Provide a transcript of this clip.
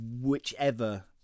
whichever